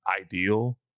ideal